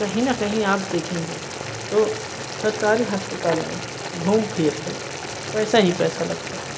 कहीं ना कहीं आप देखेंगे तो सरकारी अस्पताल में घूम फिर कर पैसा ही पैसा लगता है